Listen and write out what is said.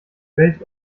welt